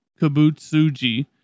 Kabutsuji